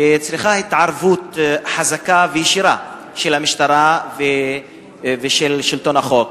וצריך התערבות חזקה וישירה של המשטרה ושל שלטון החוק.